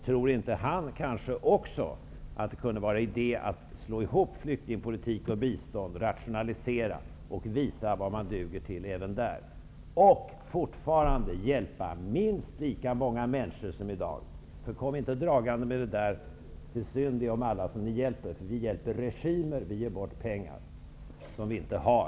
Tror inte också Stefan Attefall att det kunde vara idé att rationalisera genom att slå ihop flykting och biståndspolitik och visa vad man duger till även på det området, samtidigt som man hjälper minst lika många människor som man hjälper i dag? Kom nu inte dragande med att det är så synd om alla människor som ni vill hjälpa! Vi i Sverige ger till regimer bort pengar som vi inte har.